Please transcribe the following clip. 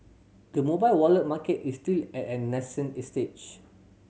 the mobile wallet market is still at a nascent stage